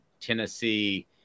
Tennessee